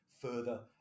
further